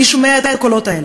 מי שומע את הקולות האלה?